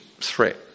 threat